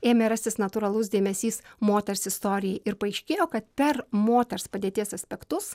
ėmė rastis natūralus dėmesys moters istorijai ir paaiškėjo kad per moters padėties aspektus